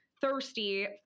thirsty